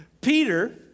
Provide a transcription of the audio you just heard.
Peter